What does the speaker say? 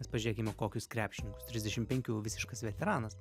nes pažiūrėkime kokius krepšininkus trisdešim penkių visiškas veteranas